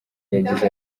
yagize